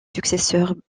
successeurs